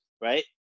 right